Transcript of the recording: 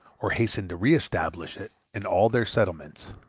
or hastened to re-establish it, in all their settlements.